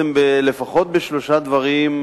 לפחות בשלושה דברים,